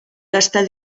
gastar